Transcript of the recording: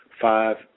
five